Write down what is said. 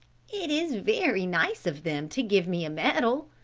it is very nice of them to give me a medal,